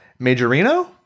Majorino